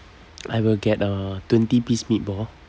I will get a twenty piece meatball